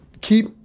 keep